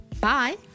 bye